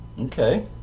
Okay